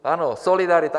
Ano, solidarita.